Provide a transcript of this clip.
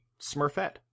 Smurfette